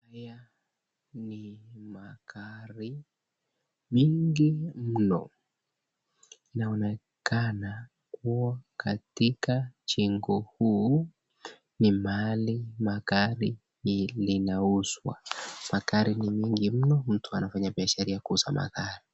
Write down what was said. here ni magari mingi mno. Inaonekana kuwa katika jengo huu ni mahali magari inauzwa. Magari ni mingi mno mtu anafanya biashara ya kuuza magari.